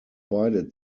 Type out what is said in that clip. beide